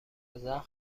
زخم